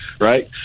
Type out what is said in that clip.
right